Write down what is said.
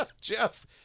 Jeff